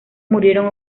murieron